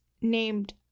named